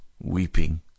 weeping